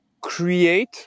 create